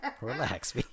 Relax